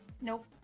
Nope